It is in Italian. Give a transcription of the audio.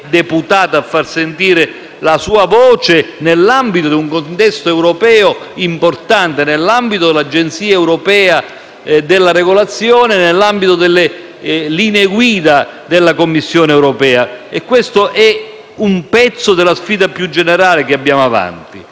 a far sentire la sua voce nell'ambito di un contesto europeo importante, nell'ambito dell'Agenzia europea della regolazione, nell'ambito delle linee guida della Commissione europea. Questo è un pezzo della sfida più generale che abbiamo davanti.